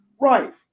Right